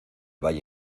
valle